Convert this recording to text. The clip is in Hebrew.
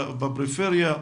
בפריפריה,